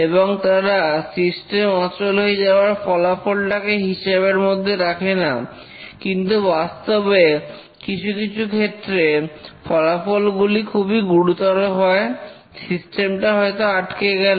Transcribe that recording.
এবং তারা সিস্টেম অচল হয়ে যাওয়ার ফলাফল টাকে হিসেবের মধ্যে রাখেনা কিন্তু বাস্তবে কিছু কিছু ক্ষেত্রে ফলাফলগুলি খুবই গুরুতর হয় সিস্টেমটা হয়তো আটকে গেল